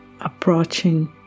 approaching